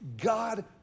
God